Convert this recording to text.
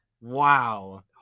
Wow